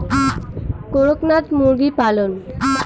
করকনাথ মুরগি পালন?